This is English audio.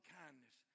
kindness